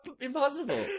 impossible